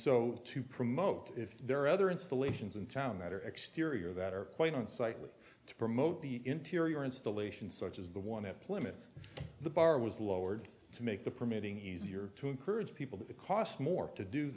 so to promote if there are other installations in town that are exterior that are quite unsightly to promote the interior installation such as the one at plymouth the bar was lowered to make the permitting easier to encourage people to cost more to do